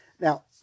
Now